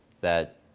That-